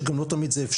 שזה גם לא תמיד אפשרי,